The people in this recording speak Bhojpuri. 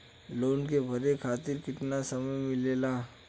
लोन के भरे खातिर कितना समय मिलेला?